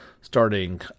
starting